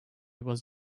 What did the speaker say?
was